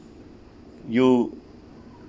you